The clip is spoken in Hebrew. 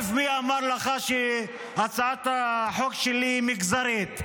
מי אמר לך שהצעת החוק שלי היא מגזרית?